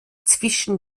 zwischen